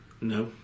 No